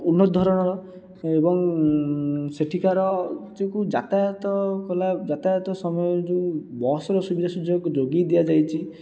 ଉନ୍ନତ ଧରଣର ଏବଂ ସେଠିକାର ଯେ କେଉଁ ଯାତାୟାତ କଲା ଯାତାୟାତ ସମୟରେ ଯେଉଁ ବସ୍ର ସୁବିଧା ସୁଯୋଗ ଯୋଗାଇ ଦିଆଯାଇଛି